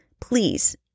please